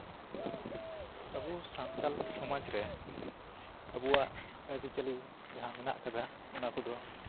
ᱟᱵᱩ ᱥᱟᱱᱛᱟᱞ ᱥᱚᱢᱟᱡ ᱨᱮ ᱟᱵᱩᱣᱟᱜ ᱟᱹᱨᱤᱪᱟᱹᱞᱤ ᱡᱟᱦᱟᱸ ᱢᱮᱱᱟᱜ ᱟᱠᱟᱫᱟ ᱚᱱᱟᱠᱚᱫᱚ